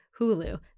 Hulu